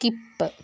skip